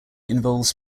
involves